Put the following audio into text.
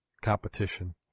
competition